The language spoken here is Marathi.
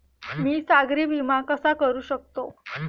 मी सागरी विमा कसा करू शकतो?